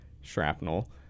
shrapnel